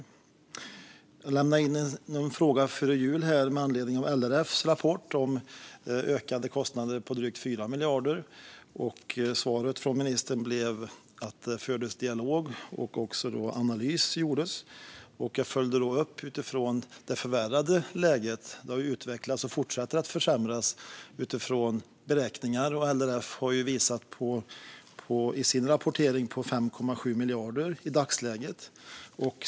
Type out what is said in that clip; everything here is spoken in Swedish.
Jag lämnade in en fråga före jul med anledning av LRF:s rapport om ökade kostnader på drygt 4 miljarder. Svaret från ministern blev att det fördes dialog och att analys gjordes. Jag följde upp detta utifrån det förvärrade läget. Det har ju utvecklats, och utifrån beräkningar fortsätter det att försämras - LRF har i sin rapportering visat på 5,7 miljarder i dagsläget.